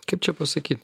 kaip čia pasakyt